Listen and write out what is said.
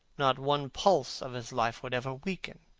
not one pulse of his life would ever weaken.